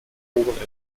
poren